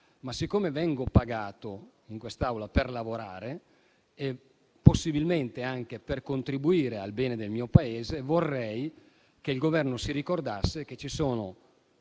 Ma, siccome vengo pagato per lavorare in quest'Aula e possibilmente anche per contribuire al bene del mio Paese, vorrei che il Governo si ricordasse che ci sono